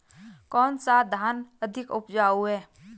कौन सा धान अधिक उपजाऊ है?